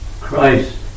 Christ